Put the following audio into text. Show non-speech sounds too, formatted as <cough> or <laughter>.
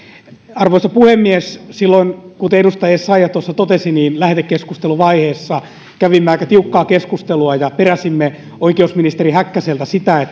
arvoisa puhemies kuten edustaja essayah tuossa totesi lähetekeskusteluvaiheessa kävimme aika tiukkaa keskustelua ja peräsimme oikeusministeri häkkäseltä sitä <unintelligible>